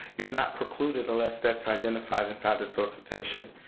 you're not precluded unless that's identified inside the solicitation.